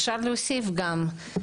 אפשר להוסיף גם את זה,